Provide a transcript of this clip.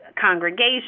congregation